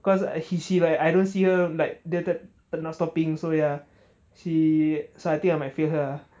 cause a he she right I don't see her like dia not stopping so ya she so I think I might fail her ah